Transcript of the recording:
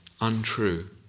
untrue